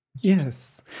Yes